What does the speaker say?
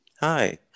Hi